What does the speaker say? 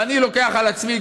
ואני לוקח על עצמי,